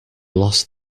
lost